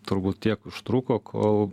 turbūt tiek užtruko kol